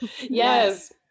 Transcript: Yes